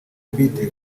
beat